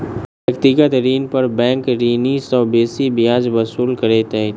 व्यक्तिगत ऋण पर बैंक ऋणी सॅ बेसी ब्याज वसूल करैत अछि